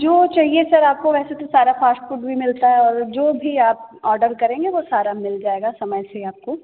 जो चाहिए सर आपको वैसे तो सारा फास्ट फूड भी मिलता है जो भी आप ऑर्डर करेंगे वो सारा मिल जाएगा समय से आपको